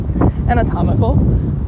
anatomical